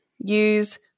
Use